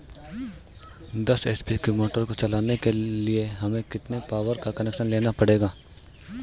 दस एच.पी की मोटर को चलाने के लिए हमें कितने पावर का कनेक्शन लेना पड़ेगा?